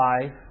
life